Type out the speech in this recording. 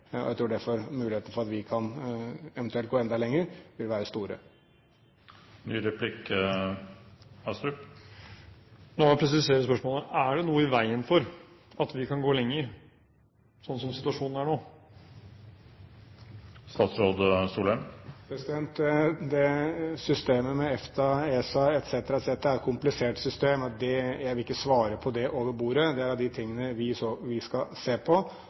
Jeg tror derfor muligheten for at vi eventuelt kan gå enda lenger, vil være store. La meg presisere spørsmålet: Er det noe i veien for at vi kan gå lenger, slik situasjonen er nå? Systemet med EFTA/ESA etc. er et komplisert system. Jeg vil ikke svare på det over bordet. Det er av de ting vi skal se på,